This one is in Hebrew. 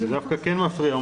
זה דווקא כן מפריע,